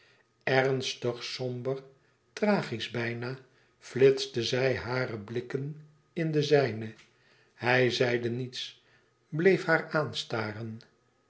ernstig somber tragisch bijna flitste zij hare blikken in de zijne hij zeide niets bleef haar